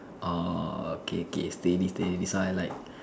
orh K K steady steady this one I like